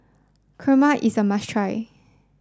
Kurma is a must try